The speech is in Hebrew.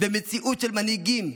ומציאות של מנהיגים,